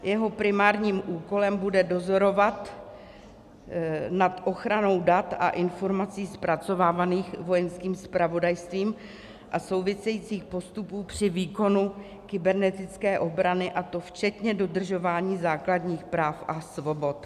Jeho primárním úkolem bude dozorovat nad ochranou dat a informací zpracovávaných Vojenským zpravodajstvím a souvisejících postupů při výkonu kybernetické obrany, a to včetně dodržování základních práv a svobod.